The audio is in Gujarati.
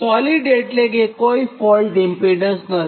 સોલિડ એટલે કે કોઇ ફોલ્ટ ઇમ્પીડન્સ નથી